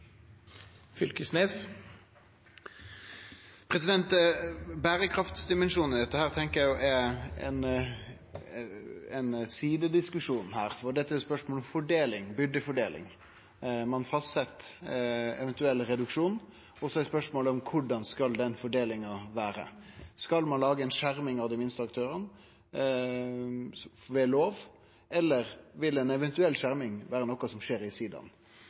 spørsmål om fordeling, byrdefordeling. Ein fastset eventuelt reduksjon, og så er spørsmålet korleis den fordelinga skal vere. Skal ein lage ei skjerming av dei minste aktørane, ved lov, eller vil ei eventuell skjerming vere noko som skjer i